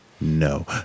No